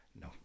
No